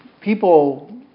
People